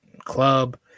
club